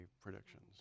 predictions